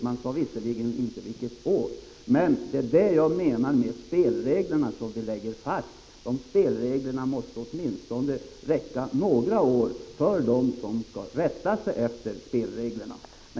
Man sade visserligen inte vilket år det gällde, men det är det jag menar beträffande de spelregler vi lägger fast — de måste åtminstone räcka några år för dem som skall rätta sig efter spelreglerna.